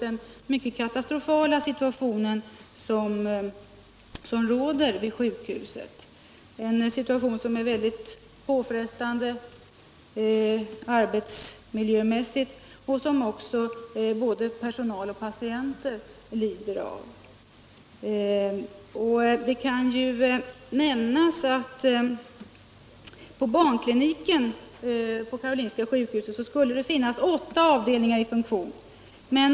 den rent katastrofala situation som råder vid sjukhuset, en situation som är väldigt påfrestande arbetsmiljömässigt och som både personal och patienter lider av. Jag kan nämna att på Karolinska sjukhusets barnklinik skulle det finnas åtta avdelningar i funktion.